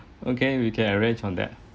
okay we can arrange on that